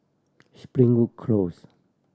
Springwood Close